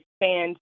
expand